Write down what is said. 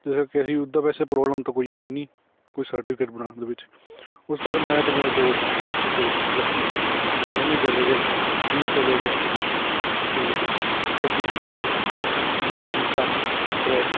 ਜਿੱਦਾਂ ਕਿ ਅਸੀਂ ਉੱਦਾਂ ਵੈਸੇ ਪ੍ਰੋਬਲਮ ਤਾਂ ਕੋਈ ਆਈ ਨਹੀਂ ਕੋਈ ਸਰਟੀਫਿਕੇਟ ਬਣਾਉਣ ਦੇ ਵਿੱਚ ਉਸ ਤੋਂ ਬਾਅਦ ਮੈਂ ਅਤੇ ਮੇਰੇ ਦੋਸਤ ਹਰਸ਼ ਅਤੇ ਜੱਸੀ ਦੋਨੇ ਚਲੇ ਗਏ ਤਿੰਨੇ ਚਲੇ ਗਏ ਅਤੇ ਅਸੀਂ ਜਿੱਦਾਂ ਹੀ ਸਟਾਰਟ ਕੀਤਾ ਟਰੈਕ